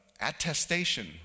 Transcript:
attestation